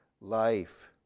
life